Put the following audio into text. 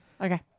Okay